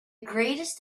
greatest